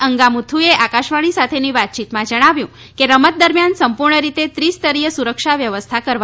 અંગામુથુએ આકાશવાણી સાથેની વાતચીતમાં જણાવ્યું કે રમત દરમ્યાન સંપૂર્ણ રીતે ત્રિ સ્તરીય સુરક્ષા વ્યવસ્થા કરવામાં આવશે